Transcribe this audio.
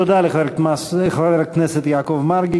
תודה לחבר הכנסת יעקב מרגי.